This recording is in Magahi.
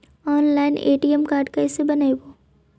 ऑनलाइन ए.टी.एम कार्ड कैसे बनाबौ?